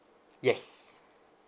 yes